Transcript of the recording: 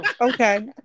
Okay